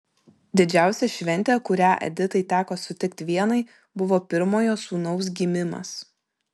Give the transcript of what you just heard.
didžiausia šventė kurią editai teko sutikti vienai buvo pirmojo sūnaus gimimas